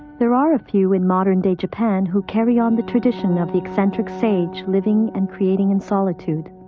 there are a few in modern day japan who carry on the tradition of the eccentric sage living and creating in solitude.